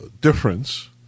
difference